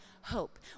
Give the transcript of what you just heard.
hope